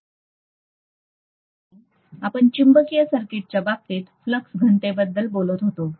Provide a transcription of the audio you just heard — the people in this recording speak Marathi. आणि आपण चुंबकीय सर्किटच्या बाबतीत फ्लक्स घनतेबद्दल बोलत होतो